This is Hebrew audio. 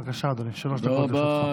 בבקשה, אדוני, שלוש דקות לרשותך.